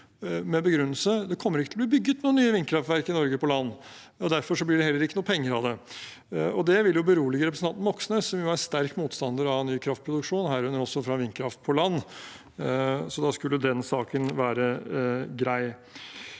med begrunnelsen: Det kommer ikke bli bygget noen nye vindkraftverk i Norge på land, og derfor blir det heller ikke noen penger av det. Det ville jo berolige representanten Moxnes, som er sterk motstander av ny kraftproduksjon, herunder også fra vindkraft på land. Da skulle den saken være grei.